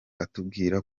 atubwira